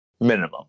Minimum